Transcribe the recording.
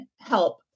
help